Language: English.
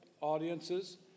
audiences